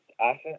asset